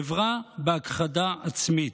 חברה בהכחדה עצמית.